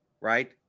right